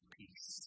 peace